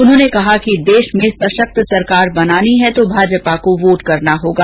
उन्होंने कहा कि देश में सशक्त सरकार बनानी है तो भाजपा को वोट करना होगा